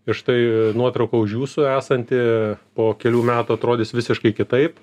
ir štai nuotrauka už jūsų esanti po kelių metų atrodys visiškai kitaip